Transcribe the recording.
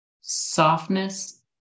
softness